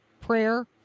Prayer